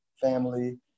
family